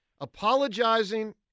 Apologizing